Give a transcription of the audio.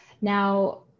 now